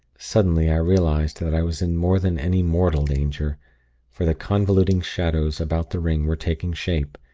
suddenly, i realized that i was in more than any mortal danger for the convoluting shadows about the ring were taking shape,